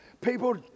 people